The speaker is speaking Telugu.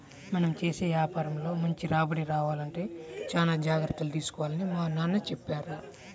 మనం చేసే యాపారంలో మంచి రాబడి రావాలంటే చానా జాగర్తలు తీసుకోవాలని మా నాన్న చెప్పారు